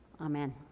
amen